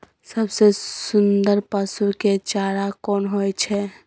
सबसे सुन्दर पसु के चारा कोन होय छै?